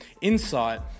insight